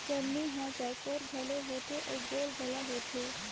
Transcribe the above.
चलनी हर चउकोर घलो होथे अउ गोल घलो होथे